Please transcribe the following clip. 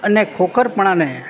અને ખોખરપણાને